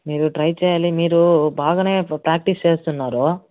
మీరు ట్రై చేయాలి మీరు బాగనే ప్రాక్టీస్ చేస్తున్నారు